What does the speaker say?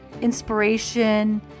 inspiration